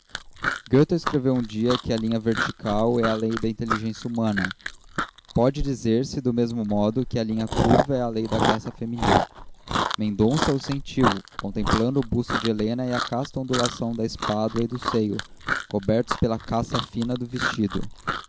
escreveu um dia que a linha vertical é a lei da inteligência humana pode dizer-se do mesmo modo que a linha curva é a lei da graça feminil mendonça o sentiu contemplando o busto de helena e a casta ondulação da espádua e do seio cobertos pela cassa fina do vestido